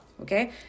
Okay